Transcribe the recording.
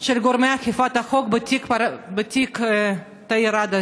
של גורמי אכיפת החוק בתיק תאיר ראדה,